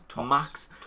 max